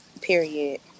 Period